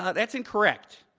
that's incorrect.